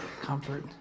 comfort